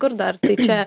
kur dar tai čia